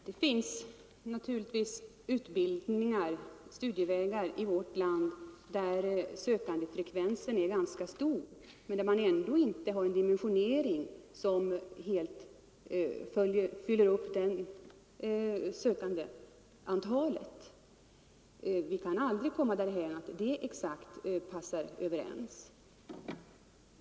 Herr talman! Det finns naturligtvis i vårt land studievägar inom vilka sökandefrekvensen är högre än dimensioneringen. Vi kan aldrig komma därhän att det exakt stämmer överens.